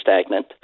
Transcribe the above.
stagnant